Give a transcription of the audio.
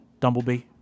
Dumblebee